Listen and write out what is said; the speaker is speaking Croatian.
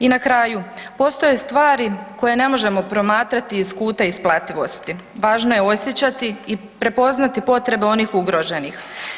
I na kraju, postoje stvari koje ne možemo promatrati iz kuta isplativosti, važno je osjećati i prepoznati potrebe onih ugroženih.